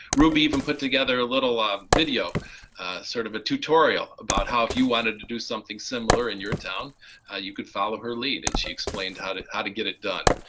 ruby even put together a little ah um video, a sort of a tutorial about how if you wanted to do something similar in your town you could follow her lead and she explained how to how to get it done.